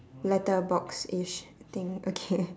letter boxish thing okay